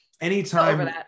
anytime